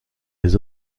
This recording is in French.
les